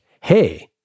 hey